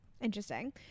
Interesting